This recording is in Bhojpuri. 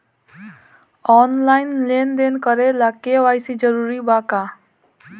आनलाइन लेन देन करे ला के.वाइ.सी जरूरी बा का?